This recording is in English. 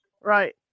right